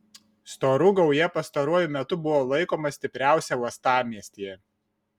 storų gauja pastaruoju metu buvo laikoma stipriausia uostamiestyje